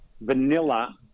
vanilla